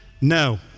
no